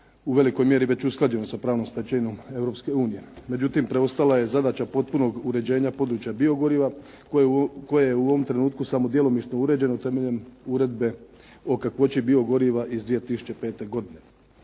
u velikoj mjeri već usklađena sa pravnom stečevinom Europske unije. Međutim, preostala je zadaća potpunog uređenja područja biogoriva koje je u ovom trenutku samo djelomično uređeno temeljem Uredbe o kakvoći biogoriva iz 2005. godine.